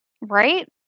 Right